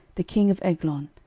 the king of eglon,